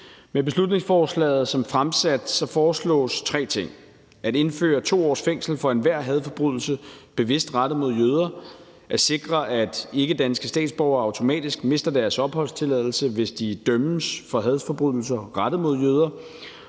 Med beslutningsforslaget som fremsat foreslås tre ting: at indføre 2 års fængsel for enhver hadforbrydelse bevidst rettet mod jøder, at sikre, at ikkedanske statsborgere automatisk mister deres opholdstilladelse, hvis de dømmes for hadforbrydelser rettet mod jøder,